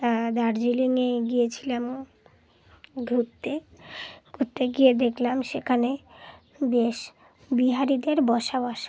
তা দার্জিলিংয়ে গিয়েছিলামও ঘুরতে ঘুরতে গিয়ে দেখলাম সেখানে বেশ বিহারিদের বসবাস